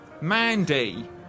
Mandy